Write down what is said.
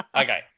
Okay